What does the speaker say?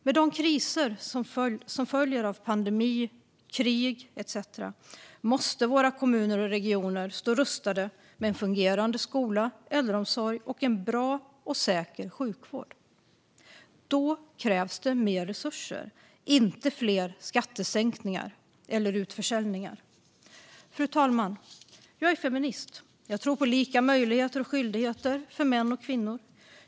Inför de kriser som följer av pandemi, krig etcetera måste våra kommuner och regioner stå rustade med fungerande skola och äldreomsorg och en bra och säker sjukvård. Då krävs det mer resurser, inte fler skattesänkningar eller utförsäljningar. Fru talman! Jag är feminist. Jag tror på lika möjligheter och skyldigheter för män och kvinnor.